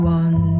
one